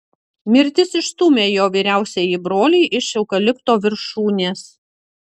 mirtis išstūmė jo vyriausiąjį brolį iš eukalipto viršūnės